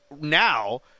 now